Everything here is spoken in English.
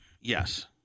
yes